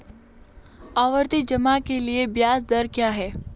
आवर्ती जमा के लिए ब्याज दर क्या है?